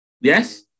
Yes